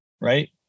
right